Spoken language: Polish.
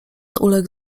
uległ